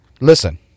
Listen